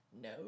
No